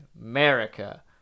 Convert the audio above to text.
America